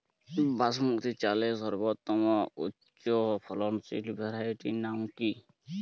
বাসমতী চালের সর্বোত্তম উচ্চ ফলনশীল ভ্যারাইটির নাম কি?